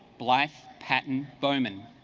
black patent bowman